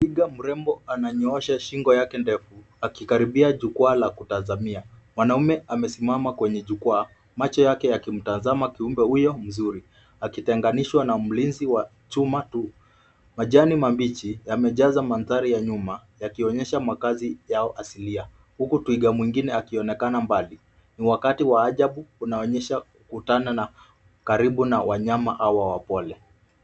Twiga mrembo ananyoosha shingo yake ndefu akikaribia jukwaa la kutazamia. Mwanaume amesimama kwenye jukwaa macho yake yakimtazama kiumbe huyo mzuri, akitenganishwa na mlinzi wa chuma tu. Majani mabichi yamejaza mandhari ya nyuma yakionyesha makazi yao asilia, huku twiga mwingine akionekana mbali. Ni wakati wa ajabu unaonyesha kukutana karibu na wanyama hawa wapole.